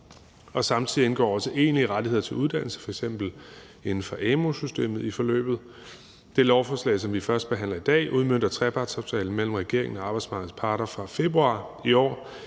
og samtidig indgår egentlige rettigheder til uddannelse f.eks. inden for amu-systemet i forløbet. Det lovforslag, som vi førstebehandler i dag, udmønter trepartsaftalen mellem regeringen og arbejdsmarkedets parter fra februar i år,